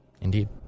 Indeed